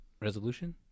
resolution